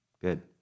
good